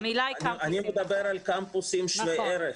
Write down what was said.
אני מדבר על קמפוסים שווי ערך,